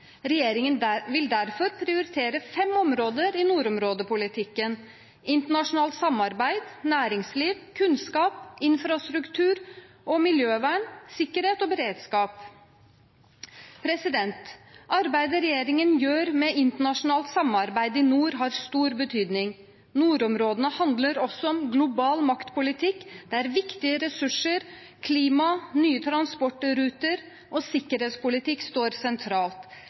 Regjeringen vil derfor prioritere fem områder i nordområdepolitikken: internasjonalt samarbeid, næringsliv, kunnskap, infrastruktur og miljøvern, sikkerhet og beredskap. Arbeidet regjeringen gjør med internasjonalt samarbeid i nord, har stor betydning. Nordområdene handler også om global maktpolitikk, der viktige ressurser, klima, nye transportruter og sikkerhetspolitikk står sentralt.